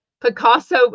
Picasso